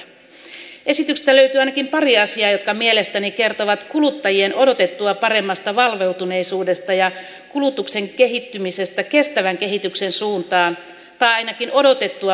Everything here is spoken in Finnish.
esityksestä löytyy ainakin pari asiaa jotka mielestäni kertovat kuluttajien odotettua paremmasta valveutuneisuudesta ja kulutuksen kehittymisestä kestävän kehityksen suuntaan tai ainakin odotettua parempaan suuntaan